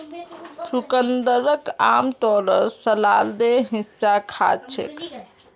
चुकंदरक आमतौरत सलादेर हिस्सा खा छेक